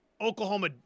Oklahoma –